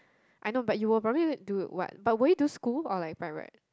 I know but you will probably do what but will you do school or like by right